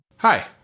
Hi